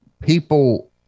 people